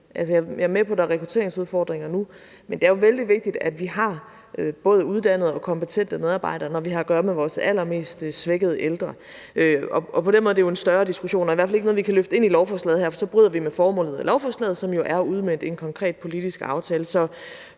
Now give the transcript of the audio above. på, at der er rekrutteringsudfordringer nu, men det er jo vældig vigtigt, at vi har både uddannede og kompetente medarbejdere, når vi har at gøre med vores allermest svækkede ældre. På den måde er det jo en større diskussion og i hvert fald ikke noget, vi kan løfte ind i lovforslaget her, for så bryder vi med formålet med lovforslaget, som jo er at udmønte en konkret politisk aftale.